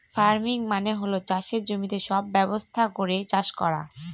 farming মানে হল চাষের জমিতে সব ব্যবস্থা করে চাষ করা